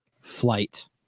Flight